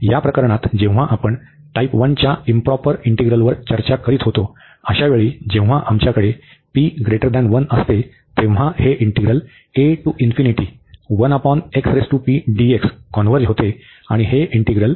या प्रकरणात जेव्हा आपण टाइप 1 च्या इंप्रॉपर इंटीग्रलवर चर्चा करीत होतो अशावेळी जेव्हा आमच्याकडे असते तेव्हा हे इंटीग्रल कॉन्व्हर्ज होते आणि हे इंटीग्रल